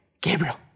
Gabriel